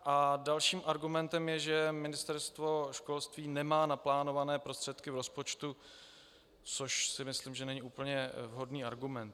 A dalším argumentem je, že Ministerstvo školství nemá naplánované prostředky v rozpočtu, což si myslím, že není úplně vhodný argument.